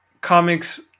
comics